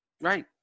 Right